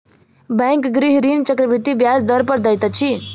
bank गृह ऋण चक्रवृद्धि ब्याज दर पर दैत अछि